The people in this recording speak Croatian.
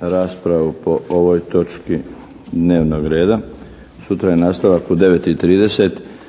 raspravu po ovoj točki dnevnog reda. Sutra je nastavak u 9,30.